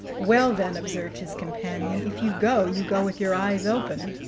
well, then, observed his companion, if you go, you go with your eyes open.